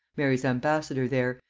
mary's ambassador there,